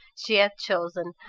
she had chosen,